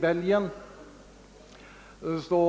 Den